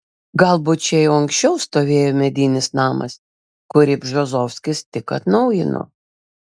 galbūt čia jau anksčiau stovėjo medinis namas kurį bžozovskis tik atnaujino